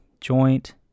joint